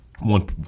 one